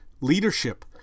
leadership